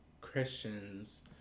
Christians